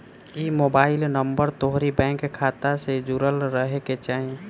इ mobile number तोहरी bank खाता से जुड़ल रहे के चाही